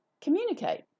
communicate